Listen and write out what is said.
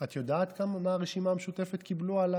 יודעת כמה מהרשימה המשותפת קיבלו?